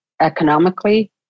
economically